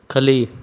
ಕಲಿ